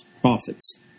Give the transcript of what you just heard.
prophets